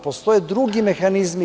Postoje drugi mehanizmi.